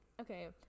okay